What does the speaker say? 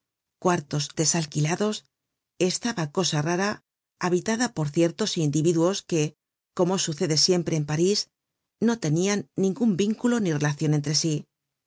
cuartos desalquilados estaba cosa rara habitada por ciertos individuos que como sucede siempre en parís no tenian ningun vínculo ni relacion entre sí